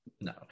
no